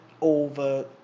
over